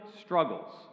struggles